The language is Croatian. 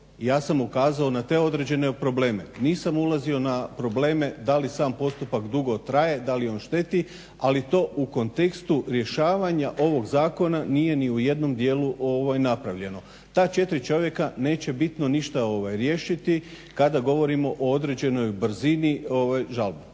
ja sam ukazao na te određene probleme. Nisam ulazio na probleme da li sam postupak dugo traje, da li on šteti, ali to u kontekstu rješavanja ovog zakona nije ni u jednom dijelu napravljeno. Ta četiri čovjeka neće bitno ništa riješiti, kada govorimo o određenoj brzini žalbe.